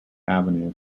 avenue